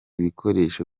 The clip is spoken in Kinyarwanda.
bikoresho